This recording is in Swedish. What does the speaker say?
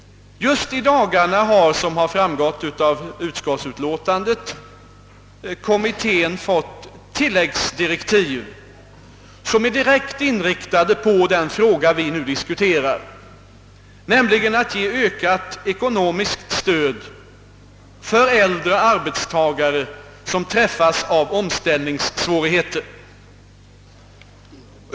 Just i dagarna har, som framgår av utskottsutlåtandet, kommittén fått tilläggsdirektiv som direkt tar sikte på en lösning av den fråga vi nu diskuterar, d. v. s. på att ge ökat ekonomiskt stöd till äldre arbetstagare som drabbas av omställningssvårigheter.